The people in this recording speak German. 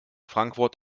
frankfurt